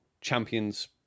champions